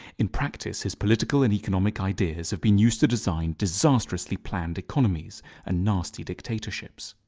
in practice, his political and economic ideas have been used to design disastrously planned economies and nasty dictatorships.